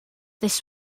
this